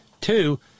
two